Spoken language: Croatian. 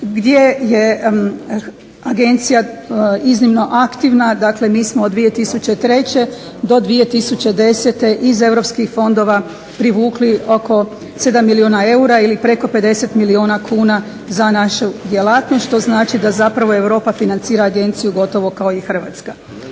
gdje je Agencija iznimno aktivna, mi smo od 2003. do 2010. iz Europskih fondova privukli oko 7 milijuna eura ili preko 50 milijuna kuna za našu djelatnost, što zapravo znači da Europa financira Agenciju gotovo kao i Hrvatska.